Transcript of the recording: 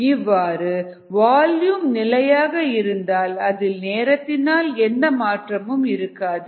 இவ்வாறு வால்யூம் நிலையாக இருந்தால் அதில் நேரத்தினால் எந்த மாற்றமும் இருக்காது